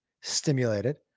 stimulated